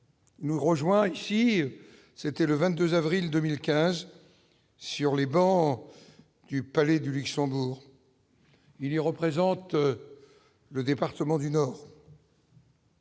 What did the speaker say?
Nous rejoint ici, c'était le 22 avril 2015 si on les bancs du Palais du Luxembourg, il y représente le département du Nord.